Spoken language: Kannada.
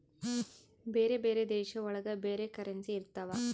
ಬೇರೆ ಬೇರೆ ದೇಶ ಒಳಗ ಬೇರೆ ಕರೆನ್ಸಿ ಇರ್ತವ